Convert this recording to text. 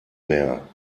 mehr